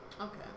Okay